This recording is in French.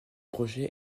projet